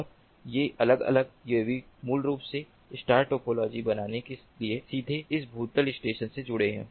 और ये अलग अलग यूएवी मूल रूप से स्टार टोपोलॉजी बनाने के लिए सीधे इस भूतल स्टेशन से जुड़े हैं